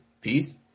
Peace